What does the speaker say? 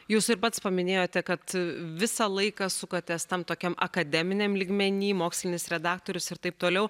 jūs ir pats paminėjote kad visą laiką sukatės tam tokiam akademiniam lygmeny mokslinis redaktorius ir taip toliau